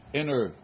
inner